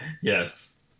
yes